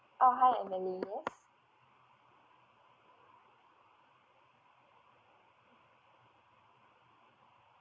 uh hi emily yes